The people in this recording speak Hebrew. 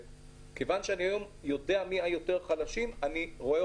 כיוון שהיום אני יודע מי יותר חלשים אז אני רואה